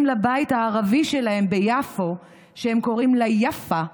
לבית / הערבי שלהם ביפו / שהם קוראים לה יאפא.